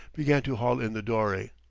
began to haul in the dory.